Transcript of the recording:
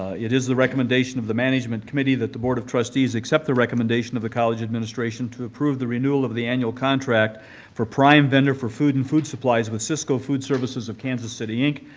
it is the recommendation of the management committee that the board of trustees accept the recommendation of the college administration to approve the renewal of the annual contract for prime vendor for food and food supplies with sysco food services of kansas city, inc,